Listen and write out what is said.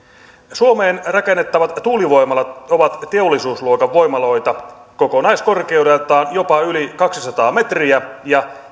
suomeen rakennettavat tuulivoimalat ovat teollisuusluokan voimaloita kokonaiskorkeudeltaan jopa yli kaksisataa metriä ja